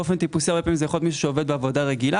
באופן טיפוסי הרבה פעמים זה יכול להיות מישהו שעובד בעבודה רגילה,